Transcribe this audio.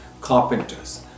carpenters